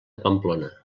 pamplona